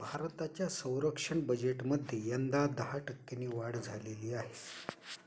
भारताच्या संरक्षण बजेटमध्ये यंदा दहा टक्क्यांनी वाढ झालेली आहे